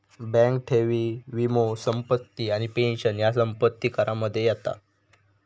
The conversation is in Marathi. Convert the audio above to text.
बँक ठेवी, वीमो, संपत्ती आणि पेंशन ह्या संपत्ती करामध्ये येता